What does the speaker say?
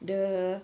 the